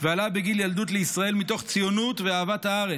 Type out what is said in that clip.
ועלה בגיל ילדות לישראל, מתוך ציונות ואהבת הארץ,